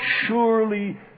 surely